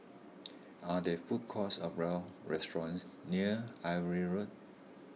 are there food courts or restaurants near Irving Road